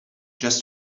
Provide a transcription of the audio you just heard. just